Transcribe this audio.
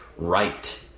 right